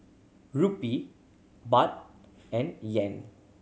Rupee Baht and Yuan